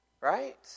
Right